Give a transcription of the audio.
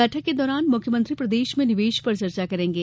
बैठक के दौरान मुख्यमंत्री प्रदेश में निवेश पर चर्चा करेंगे